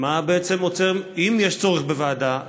אם יש צורך בוועדה,